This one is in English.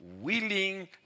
willing